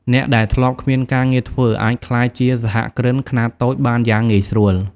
អ្នកដែលធ្លាប់គ្មានការងារធ្វើអាចក្លាយជាសហគ្រិនខ្នាតតូចបានយ៉ាងងាយស្រួល។